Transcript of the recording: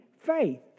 faith